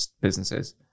businesses